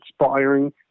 inspiring